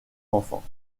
enfants